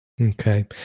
Okay